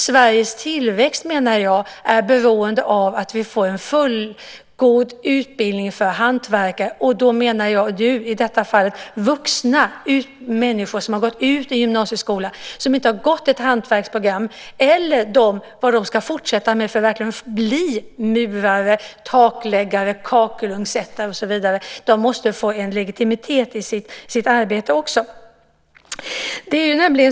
Sveriges tillväxt är beroende av att vi får en fullgod utbildning för hantverkare. Då menar jag i detta fall vuxna människor som har gått ut gymnasieskolan och som inte har gått ett hantverksprogram. Hur ska de fortsätta för att verkligen bli murare, takläggare eller kakelugnssättare? De måste få en legitimitet i sitt arbete.